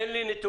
תן לי נתונים.